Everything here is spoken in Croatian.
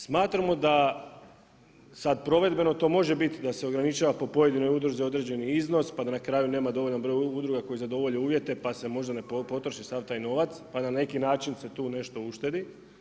Smatramo da sad provedbeno to može biti da se ograničava po pojedinoj udruzi određeni iznos, pa da na kraju nema dovoljan broj udruga koji zadovoljavaju uvjete pa se možda ne potroši sav taj novac, pa ne neki način se tu nešto uštedi.